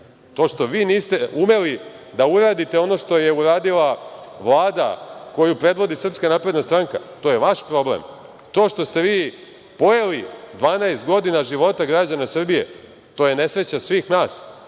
to što vi niste umeli da uradite ono što je uradila Vlada koju predvodi SNS to je vaš problem. To što ste vi pojeli 12 godina života građana Srbije, to je nesreća svih nas,